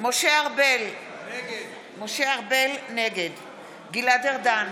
משה ארבל, נגד גלעד ארדן,